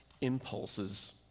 impulses